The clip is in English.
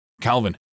Calvin